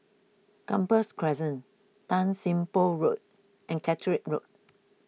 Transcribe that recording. Gambas Crescent Tan Sim Boh Road and Caterick Road